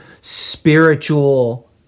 spiritual